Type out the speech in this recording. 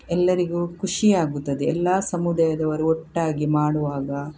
ಎಲ್ಲರಿಗೂ ಖುಷಿಯಾಗುತ್ತದೆ ಎಲ್ಲ ಸಮುದಾಯದವ್ರೂ ಒಟ್ಟಾಗಿ ಮಾಡುವಾಗ